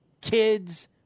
kids